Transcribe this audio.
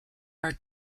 are